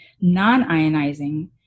non-ionizing